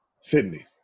Sydney